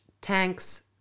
tanks